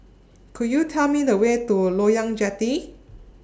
Could YOU Tell Me The Way to Loyang Jetty